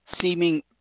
seeming